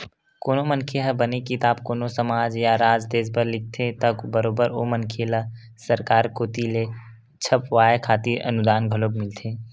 कोनो मनखे ह बने किताब कोनो समाज या राज देस बर लिखथे त बरोबर ओ मनखे ल सरकार कोती ले छपवाय खातिर अनुदान घलोक मिलथे